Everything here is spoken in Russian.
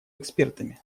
экспертами